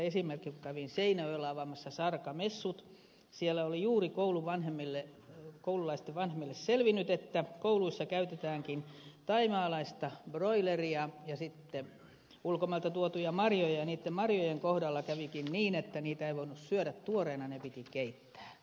kun kävin seinäjoella avaamassa sarka messut siellä oli juuri koululaisten vanhemmille selvinnyt että kouluissa käytetäänkin thaimaalaista broileria ja ulkomailta tuotuja marjoja ja niitten marjojen kohdalla kävikin niin että niitä ei voinut syödä tuoreena ne piti keittää